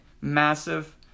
massive